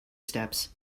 steps